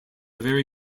very